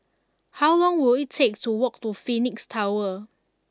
how long will it take to walk to Phoenix Tower